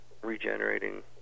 regenerating